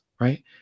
right